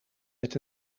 met